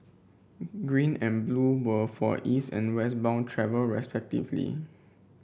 green and blue were for East and West bound travel respectively